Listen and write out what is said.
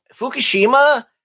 Fukushima